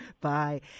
Bye